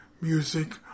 music